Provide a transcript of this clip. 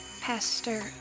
Pastor